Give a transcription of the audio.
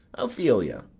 ophelia,